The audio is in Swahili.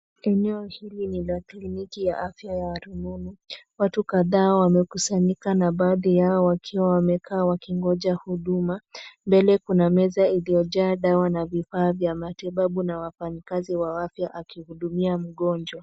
Eneo hili nila kliniki ya afya ya rununu, watu kadhaa wamekusanyika na baadhi yao wakiwa wamekaa wakingoja huduma, mbele kuna meza iliyo jaa dawa na vifaa vya matibabu na wafanyakazi wa afya akihudumia mgonjwa.